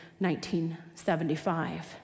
1975